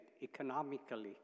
economically